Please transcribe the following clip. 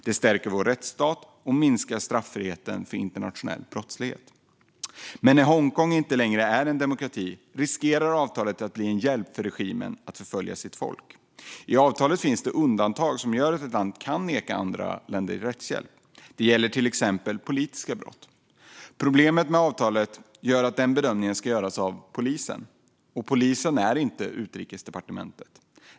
Det stärker vår rättsstat och minskar strafffriheten för internationell brottslighet. Men när Hongkong inte längre är en demokrati riskerar avtalet att bli en hjälp för regimen att förfölja sitt folk. I avtalet finns det undantag som gör att ett land kan neka det andra landet rättshjälp. Det gäller till exempel politiska brott. Problemet med avtalet är att den bedömningen ska göras av polisen, och polisen är inte Utrikesdepartementet.